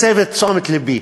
מסב את תשומת לבי.